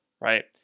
right